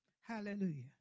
Hallelujah